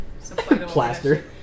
Plaster